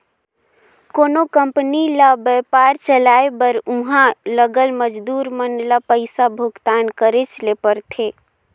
कोनो कंपनी ल बयपार चलाए बर उहां लगल मजदूर मन ल पइसा भुगतान करेच ले परथे